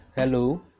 Hello